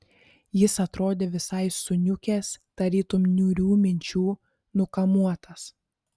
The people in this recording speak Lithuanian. jis atrodė visai suniukęs tarytum niūrių minčių nukamuotas